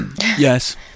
Yes